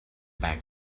bank